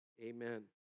Amen